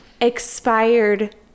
expired